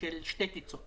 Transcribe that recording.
של שתי טיסות